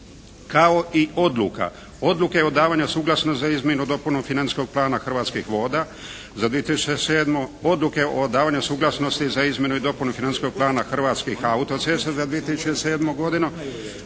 za 2007., Odluke o davanju suglasnosti za izmjenu i dopunu Financijskog plana Hrvatskih autocesta za 2007. godinu,